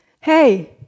Hey